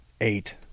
eight